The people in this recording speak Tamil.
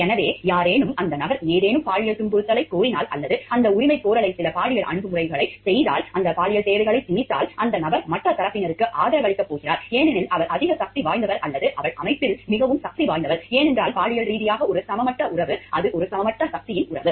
எனவே யாரேனும் அந்த நபர் ஏதேனும் பாலியல் துன்புறுத்தலைக் கோரினால் அல்லது அந்த உரிமைகோரலில் சில பாலியல் அணுகுமுறைகளைச் செய்தால் அந்த பாலியல் தேவைகளைத் திணித்தால் அந்த நபர் மற்ற தரப்பினருக்கு ஆதரவளிக்கப் போகிறார் ஏனெனில் அவர் அதிக சக்தி வாய்ந்தவர் அல்லது அவள் அமைப்பில் மிகவும் சக்திவாய்ந்தவள் ஏனென்றால் பாலியல் ரீதியாக ஒரு சமமற்ற உறவு அது ஒரு சமமற்ற சக்தியின் உறவு